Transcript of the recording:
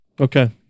Okay